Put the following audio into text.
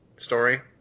story